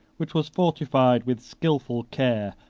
which was fortified with skilful care,